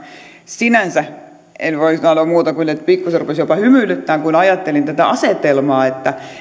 sinänsä en voi sanoa muuta kuin että pikkusen rupesi jopa hymyilyttämään kun ajattelin tätä asetelmaa että